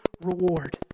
reward